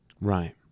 Right